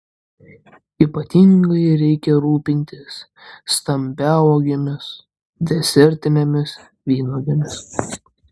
ypatingai reikia rūpintis stambiauogėmis desertinėmis vynuogėmis